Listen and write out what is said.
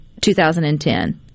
2010